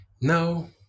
No